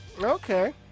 Okay